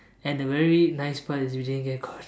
and the very nice part is that we didn't get caught